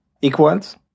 equals